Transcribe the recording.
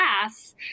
class